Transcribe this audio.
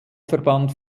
verband